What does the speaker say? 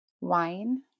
wine